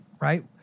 right